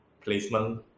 placement